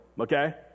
okay